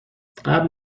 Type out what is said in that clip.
قبل